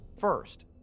First